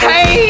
Hey